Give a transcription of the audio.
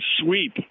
sweep